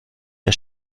der